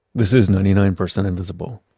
this is ninety nine percent invisible.